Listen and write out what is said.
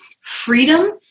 freedom